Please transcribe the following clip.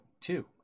two